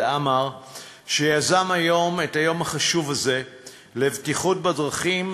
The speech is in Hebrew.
עמאר שיזם היום את היום החשוב הזה לבטיחות בדרכים,